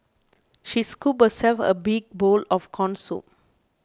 she scooped herself a big bowl of Corn Soup